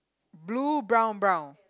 blue brown brown